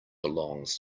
belongs